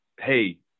Hey